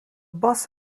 bus